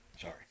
Sorry